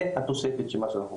זו התוספת שאנחנו רוצים,